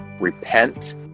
repent